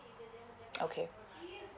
okay